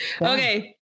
Okay